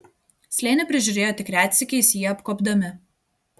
slėnį prižiūrėjo tik retsykiais jį apkuopdami